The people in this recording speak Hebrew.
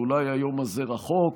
שאולי היום הזה רחוק